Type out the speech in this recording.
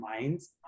minds